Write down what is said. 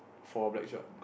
for blackshot